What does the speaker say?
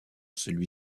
celui